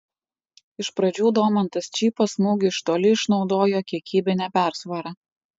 iš pradžių domantas čypas smūgiu iš toli išnaudojo kiekybinę persvarą